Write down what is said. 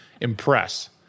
impress